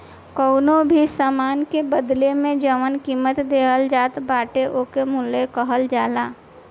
कवनो भी सामान के बदला में जवन कीमत देहल जात बाटे ओके मूल्य कहल जाला